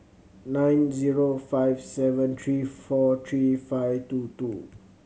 nine zero five seven three four three five two two